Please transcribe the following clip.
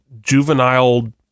juvenile